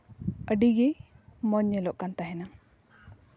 ᱟᱹᱰᱤᱜᱮ ᱢᱚᱡᱽ ᱧᱮᱞᱚᱜ ᱠᱟᱱ ᱛᱟᱦᱮᱱᱟ